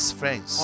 friends